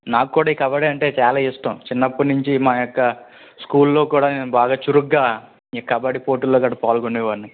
నాకు కూడ ఈ కబడ్డీ అంటే చాలా ఇష్టం చిన్నప్పటి నుంచి మా యొక్క స్కూల్లో కూడా నేను బాగా చురుగ్గా ఈ కబడ్డీ పోటిలో కూడా పాల్గొనే వాడ్ని